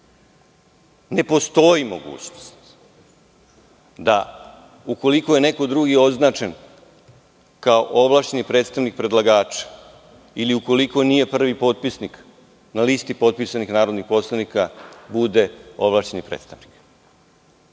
postoji mogućnost da, ukoliko je neko drugi označen kao ovlašćen predstavnik predlagača, ili ukoliko nije prvi potpisnik na listi potpisanih narodnih poslanika, bude ovlašćeni predstavnik.